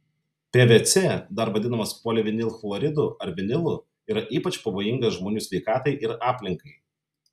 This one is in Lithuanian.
pvc dar vadinamas polivinilchloridu ar vinilu yra ypač pavojingas žmonių sveikatai ir aplinkai